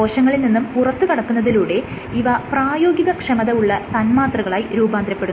കോശങ്ങളിൽ നിന്നും പുറത്തുകടക്കുന്നതിലൂടെ ഇവ പ്രയോഗികക്ഷമത ഉള്ള തന്മാത്രകളായി രൂപാന്തരപ്പെടുന്നു